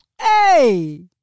Hey